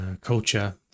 culture